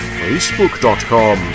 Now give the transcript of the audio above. facebook.com